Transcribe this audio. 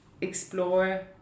explore